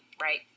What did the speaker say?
right